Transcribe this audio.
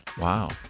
Wow